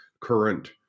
current